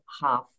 half